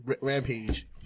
Rampage